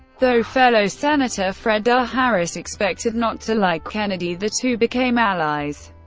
though fellow senator fred r. harris expected not to like kennedy, the two became allies,